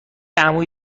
عمویی